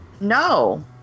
No